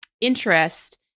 interest